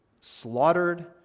slaughtered